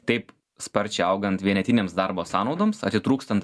taip sparčiai augant vienetinėms darbo sąnaudoms atitrūkstant